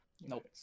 nope